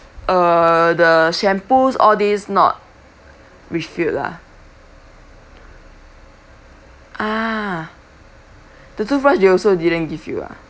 err the shampoos all these not refilled ah ah the toothbrush they also didn't give you ah